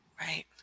Right